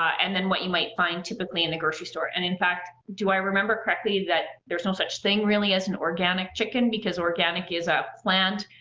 and then what you might find typically in the grocery store, and in fact, do i remember correctly that there's no such thing really as an organic chicken because organic is a plant,